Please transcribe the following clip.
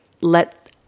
let